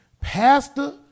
Pastor